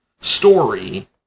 story